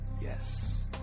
Yes